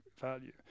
value